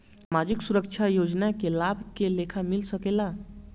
सामाजिक सुरक्षा योजना के लाभ के लेखा मिल सके ला?